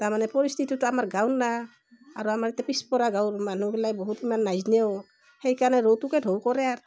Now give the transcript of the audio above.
তাৰমানে পৰিস্থিতিটো আমাৰ গাঁৱৰ না আৰু আমাৰ ইতা পিছপৰা গাঁৱৰ মানুহবিলাক বহুত ইমান নাজনেও সেইকাৰণে ৰৌটোকে ঢৌ কৰে আৰ